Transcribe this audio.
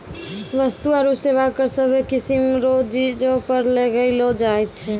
वस्तु आरू सेवा कर सभ्भे किसीम रो चीजो पर लगैलो जाय छै